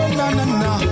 na-na-na